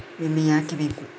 ವಿಮೆ ಯಾಕೆ ಬೇಕು?